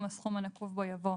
של חברי הכנסת יבגני סובה,